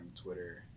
Twitter